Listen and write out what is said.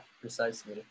precisely